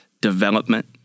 development